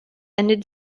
ended